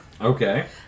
Okay